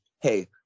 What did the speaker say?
Hey